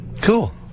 Cool